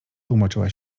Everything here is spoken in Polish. tłumaczyła